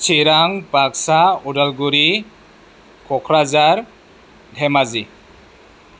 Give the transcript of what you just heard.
Chirang Baksa Udalguri Kokrajhar Dhemaji